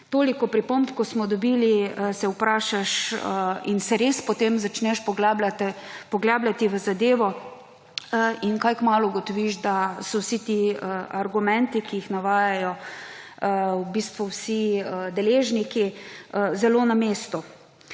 toliko pripomb, kot smo dobili, se vprašaš in se res potem začneš poglabljati v zadevo in kaj kmalu ugotoviš, da so so vsi ti argumenti, ki jih navajajo v bistvu vsi deležniki, zelo na mestu.